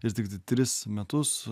ir tiktai tris metus